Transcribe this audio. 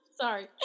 Sorry